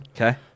okay